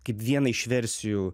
kaip vieną iš versijų